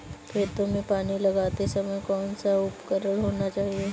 खेतों में पानी लगाते समय कौन सा उपकरण होना चाहिए?